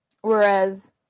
whereas